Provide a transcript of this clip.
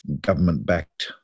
government-backed